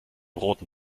roten